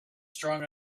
strong